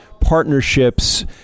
partnerships